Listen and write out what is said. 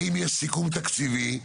האם יש סיכום תקציבי,